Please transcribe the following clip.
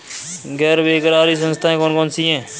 गैर बैंककारी संस्थाएँ कौन कौन सी हैं?